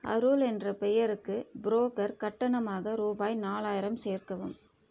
அருள் என்ற பெயருக்கு புரோக்கர் கட்டணமாக ரூபாய் நாலாயிரம் சேர்க்கவும்